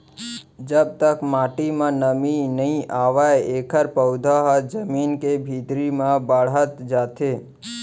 जब तक माटी म नमी नइ आवय एखर पउधा ह जमीन के भीतरी म बाड़हत जाथे